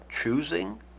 choosing